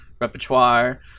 repertoire